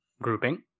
Grouping